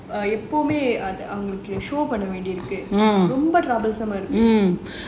எப்பவுமே அவங்களுக்கு:eppavumae avangaluku show பண்ண வேண்டி இருக்கு:panna vendi irukku